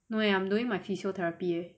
no eh I'm doing my physiotherapy